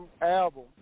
album